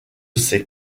ces